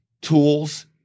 tools